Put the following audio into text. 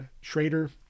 Schrader